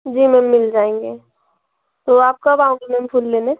जी ma'am मिल जाएंगे तो आप कब आओगे मैम फूल लेने